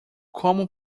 como